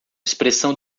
expressão